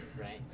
right